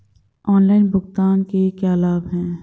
Online भुगतान के क्या लाभ हैं?